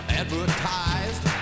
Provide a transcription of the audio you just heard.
advertised